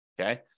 Okay